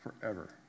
forever